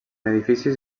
edificis